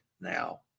now